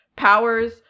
powers